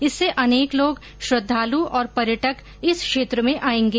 इससे अनेक लोग श्रद्धालु और पर्यटक इस क्षेत्र में आएंगे